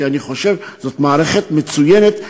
כי אני חושב שזאת מערכת מצוינת,